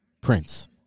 Prince